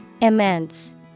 Immense